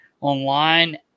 online